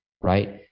right